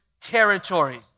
territory